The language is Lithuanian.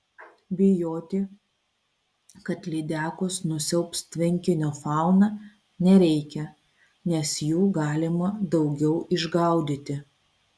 bijoti kad lydekos nusiaubs tvenkinio fauną nereikia nes jų galima daugiau išgaudyti